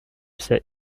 sais